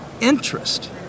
interest